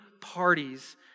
parties